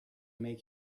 make